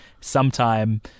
sometime